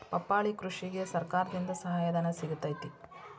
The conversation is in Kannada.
ಪಪ್ಪಾಳಿ ಕೃಷಿಗೆ ಸರ್ಕಾರದಿಂದ ಸಹಾಯಧನ ಸಿಗತೈತಿ